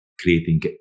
creating